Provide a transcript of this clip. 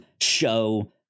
show